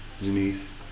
Janice